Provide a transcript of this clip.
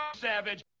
Savage